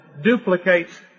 duplicates